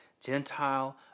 gentile